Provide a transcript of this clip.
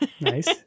Nice